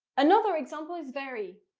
another example is very.